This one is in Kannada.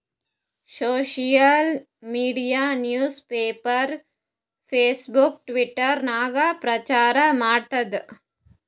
social media news paper, Facebook, Twitter ನಾಗ್ ಪ್ರಚಾರ್ ಮಾಡ್ತುದ್